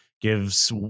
Gives